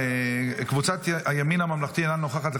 קבוצת הימין הממלכתי אינה נוכחת,